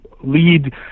lead